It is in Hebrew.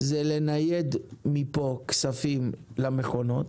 לנייד מפה כספים למכונות,